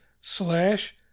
slash